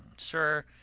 sir,